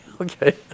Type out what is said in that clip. Okay